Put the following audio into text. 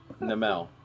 Namel